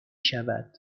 شود